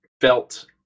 felt